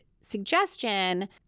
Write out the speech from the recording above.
suggestion